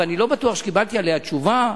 ואני לא בטוח שקיבלתי עליה תשובה: